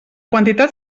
quantitat